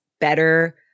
better